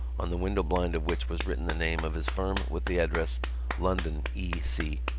on the window blind of which was written the name of his firm with the address london, e. c.